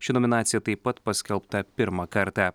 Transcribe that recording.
ši nominacija taip pat paskelbta pirmą kartą